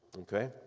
Okay